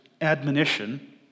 admonition